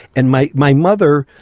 and my my mother,